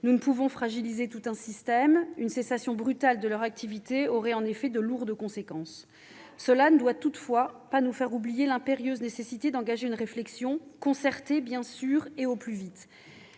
Nous ne pouvons fragiliser tout un système ; une cessation brutale de leur activité aurait en effet de lourdes conséquences. Cela ne doit toutefois pas nous faire oublier l'impérieuse nécessité d'engager au plus vite une réflexion concertée. La mise en place